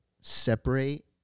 separate